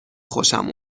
خوشم